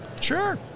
Sure